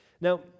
Now